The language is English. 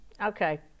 Okay